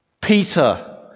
Peter